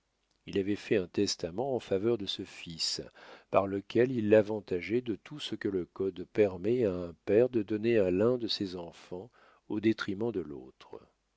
il avait fait un testament en faveur de ce fils par lequel il l'avantageait de tout ce que le code permet à un père de donner à l'un de ses enfants au détriment de l'autre